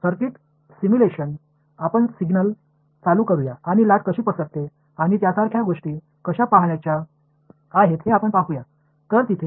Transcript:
circuit சிமுலேஷனில் நீங்கள் ஒரு சமிக்ஞையை இயக்குகிறீர்கள் என்று சொல்லலாம் அலை எவ்வாறு பரவுகிறது மற்றும் அது போன்றவற்றை நீங்கள் காண விரும்புகிறீர்கள்